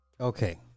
Okay